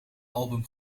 album